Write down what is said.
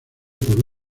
por